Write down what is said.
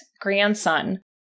grandson